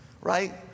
Right